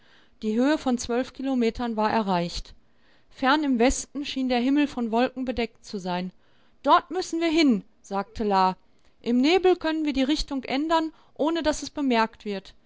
die höhe von zwölf kilometern war erreicht fern im westen schien der himmel von wolken bedeckt zu sein dort müssen wir hin sagte la im nebel können wir die richtung ändern ohne daß es bemerkt wird